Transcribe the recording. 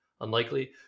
unlikely